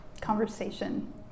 conversation